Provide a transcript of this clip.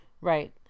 Right